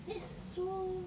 that's so